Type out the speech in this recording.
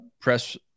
press –